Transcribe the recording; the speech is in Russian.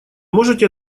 можете